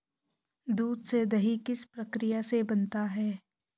दूध से दही किस प्रक्रिया से बनता है?